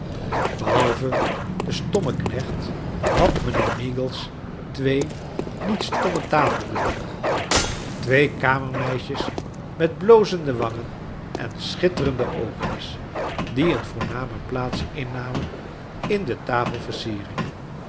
behalve den stommeknecht had mijnheer meagles twee niet stomme tafelbedienden twee kamermeis jes met blozende wangen en schitterende oogjes die een voorname plaats innamen in de